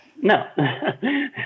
No